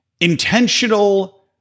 Intentional